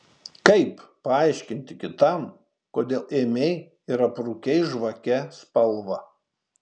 kaip paaiškinti kitam kodėl ėmei ir aprūkei žvake spalvą